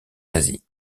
nazis